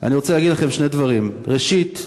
אני רוצה להגיד לכם שני דברים: ראשית,